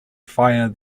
fire